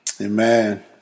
Amen